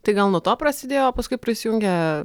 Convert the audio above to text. tai gal nuo to prasidėjo paskui prisijungė